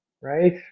Right